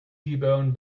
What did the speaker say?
bone